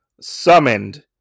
summoned